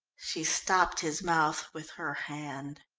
she stopped his mouth with her hand.